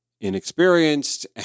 inexperienced